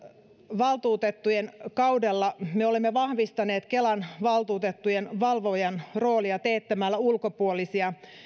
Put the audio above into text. valtuutettujen kaudella me olemme vahvistaneet kelan valtuutettujen valvojan roolia teettämällä ulkopuolisia